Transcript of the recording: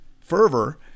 fervor